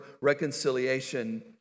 reconciliation